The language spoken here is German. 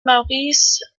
maurice